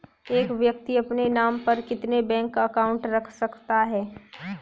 एक व्यक्ति अपने नाम पर कितने बैंक अकाउंट रख सकता है?